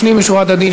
לפנים משורת הדין,